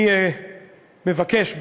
אני מבקש,